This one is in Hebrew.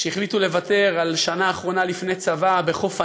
שהחליטו לוותר על שנה אחרונה לפני צבא בחוף הים,